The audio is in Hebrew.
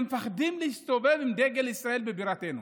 ומפחדים להסתובב עם דגל ישראל בבירתנו.